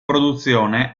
produzione